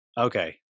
okay